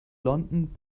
london